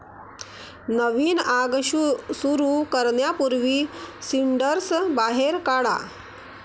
नवीन आग सुरू करण्यापूर्वी सिंडर्स बाहेर काढा